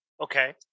Okay